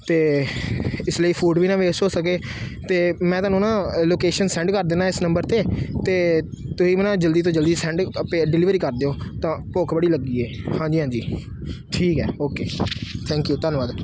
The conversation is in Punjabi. ਅਤੇ ਇਸ ਲਈ ਫੂਡ ਵੀ ਨਾ ਵੇਸਟ ਹੋ ਸਕੇ ਅਤੇ ਮੈਂ ਤੁਹਾਨੂੰ ਨਾ ਲੋਕੇਸ਼ਨ ਸੈਂਡ ਕਰ ਦਿੰਦਾ ਇਸ ਨੰਬਰ 'ਤੇ ਅਤੇ ਤੁਸੀਂ ਮਾੜਾ ਜਲਦੀ ਤੋਂ ਜਲਦੀ ਸੈਂਡ ਡਿਲੀਵਰੀ ਕਰ ਦਿਓ ਤਾਂ ਭੁੱਖ ਬੜੀ ਲੱਗੀ ਹੈ ਹਾਂਜੀ ਹਾਂਜੀ ਠੀਕ ਹੈ ਓਕੇ ਥੈਂਕ ਯੂ ਧੰਨਵਾਦ